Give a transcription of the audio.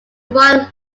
royal